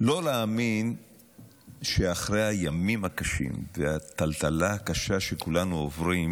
לא להאמין שאחרי הימים הקשים והטלטלה הקשה שכולנו עוברים